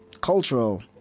cultural